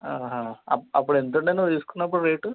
up అప్పుడు ఎంతుండే నువ్వు తీసుకున్నప్పుడు రేటు